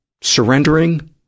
surrendering